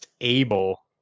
able